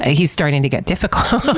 ah he's starting to get difficult.